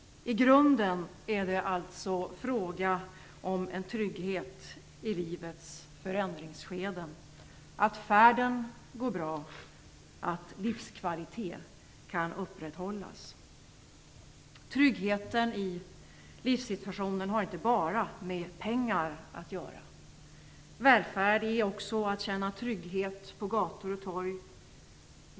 I grunden är det alltså fråga om en trygghet i livets förändringsskeden, att färden går bra, att livskvalitet kan upprätthållas. Tryggheten i livssituationen har inte bara med pengar att göra. Välfärd är också att känna trygghet på gator och torg.